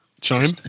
Chime